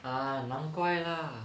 ah 难怪 lah